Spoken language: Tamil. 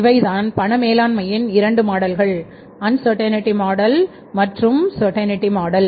இவைதான் பண மேலாண்மையின் இரண்டு மாடல்கள் அன்சர்ட்டிநெட்டிமாடல்